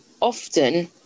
often